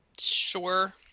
Sure